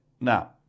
Now